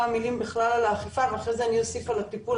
מילים בכלל על האכיפה ואחרי זה אני אוסיף על הטיפול,